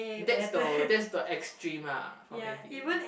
that's the that's the extreme ah from N_T_U